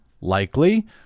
likely